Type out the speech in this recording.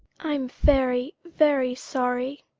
i'm very, very sorry.